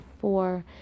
four